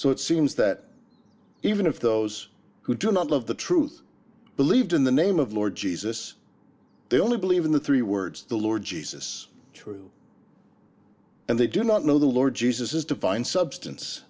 so it seems that even if those who do not love the truth believed in the name of lord jesus they only believe in the three words the lord jesus true and they do not know the lord jesus is divine substance